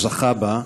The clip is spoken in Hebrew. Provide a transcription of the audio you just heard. הוא זכה בה,